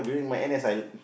during my N_S I